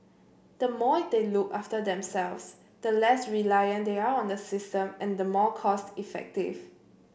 the more they look after themselves the less reliant they are on the system and the more cost effective